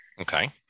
Okay